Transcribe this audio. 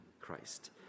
Christ